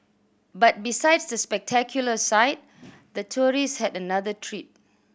but besides the spectacular sight the tourist had another treat